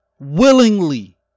Willingly